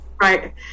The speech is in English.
Right